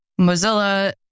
Mozilla